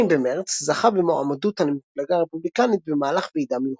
ב-2 במרץ זכה במועמדות המפלגה הרפובליקנית במהלך ועידה מיוחדת.